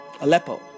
Aleppo